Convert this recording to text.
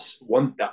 one